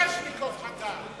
מיסז'ניקוב חתם.